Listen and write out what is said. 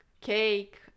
cake